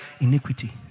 iniquity